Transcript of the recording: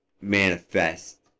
manifest